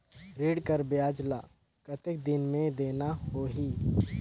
ऋण कर ब्याज ला कतेक दिन मे देना होही?